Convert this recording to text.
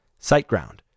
SiteGround